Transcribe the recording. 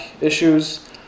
issues